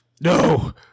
No